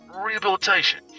rehabilitation